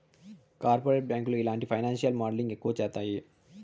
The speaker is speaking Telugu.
కార్పొరేట్ బ్యాంకులు ఇలాంటి ఫైనాన్సియల్ మోడలింగ్ ఎక్కువ చేత్తాయి